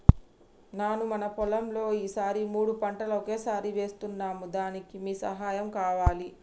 నాను మన పొలంలో ఈ సారి మూడు పంటలు ఒకేసారి వేస్తున్నాను దానికి మీ సహాయం కావాలి